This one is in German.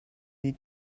die